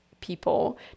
people